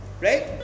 right